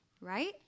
Right